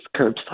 curbside